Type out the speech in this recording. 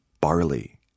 barley